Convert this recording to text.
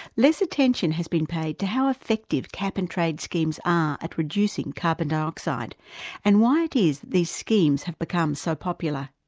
less attention has been paid to how effective cap and trade schemes are at reducing carbon dioxide and why it is these schemes have become so popular.